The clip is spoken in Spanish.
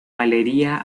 galería